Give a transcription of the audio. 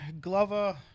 Glover